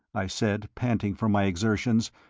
i said, panting from my exertions,